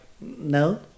no